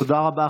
תודה רבה.